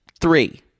three